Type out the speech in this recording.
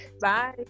Bye